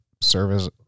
service